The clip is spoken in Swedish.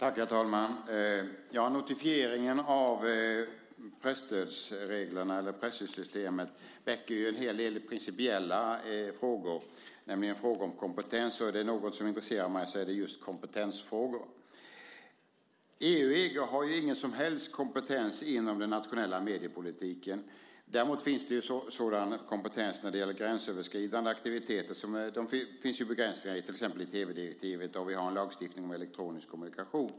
Herr talman! Notifieringen av presstödssystemet väcker en hel del principiella frågor, nämligen frågor om kompetens. Är det något som intresserar mig så är det just kompetensfrågor. EU och EG har ju ingen som helst kompetens inom den nationella mediepolitiken. Däremot finns det sådan kompetens när det gäller gränsöverskridande aktiviteter, till exempel i tv-direktivet och i den lagstiftning vi har när det gäller elektronisk kommunikation.